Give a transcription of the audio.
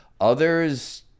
others